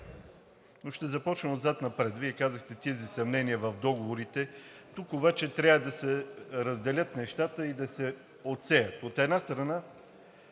но ще започна отзад напред. Вие казахте тези съмнения в договорите – тук обаче трябва да се разделят нещата и да се отсеят. От една страна,